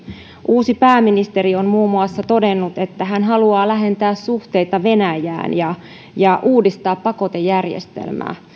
uusi pääministeri on muun muassa todennut että hän haluaa lähentää suhteita venäjään ja uudistaa pakotejärjestelmää